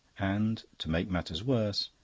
and, to make matters worse,